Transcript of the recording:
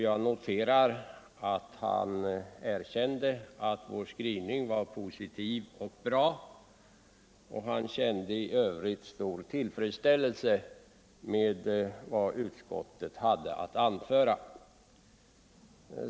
Jag noterar att herr Bergqvist själv erkände att vår skrivning var positiv och bra och att han kände stor tillfredsställelse med vad utskottet där hade att anföra.